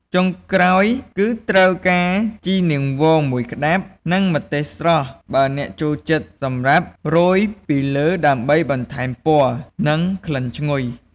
ចុងក្រោយ គឺត្រូវការ ជីនាងវងមួយក្ដាប់ និង ម្ទេសស្រស់ បើអ្នកចូលចិត្ត សម្រាប់រោយពីលើដើម្បីបន្ថែមពណ៌ និងក្លិនឈ្ងុយ។